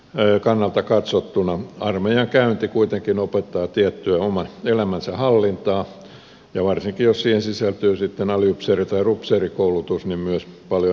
työnantajan kannalta katsottuna armeijan käynti kuitenkin opettaa tiettyä oman elämänsä hallintaa ja varsinkin jos siihen sisältyy sitten aliupseeri tai upseerikoulutus myös paljon muutakin